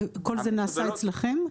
כל זה נעשה אצלכם?